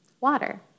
water